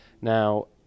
Now